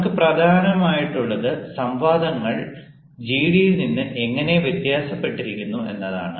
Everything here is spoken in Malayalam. നമുക്ക് പ്രധാനമായിട്ടുള്ളത് സംവാദങ്ങൾ ജിഡിയിൽ നിന്ന് എങ്ങനെ വ്യത്യാസപ്പെട്ടിരിക്കുന്നു എന്നതാണ്